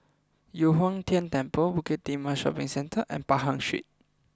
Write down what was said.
Yu Huang Tian Temple Bukit Timah Shopping Centre and Pahang Street